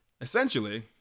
essentially